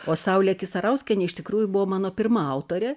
o saulė kisarauskienė iš tikrųjų buvo mano pirma autorė